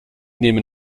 nehmen